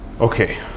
Okay